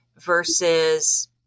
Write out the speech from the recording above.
versus